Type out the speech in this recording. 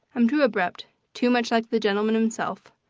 i'm too abrupt too much like the gentleman himself.